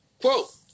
Quote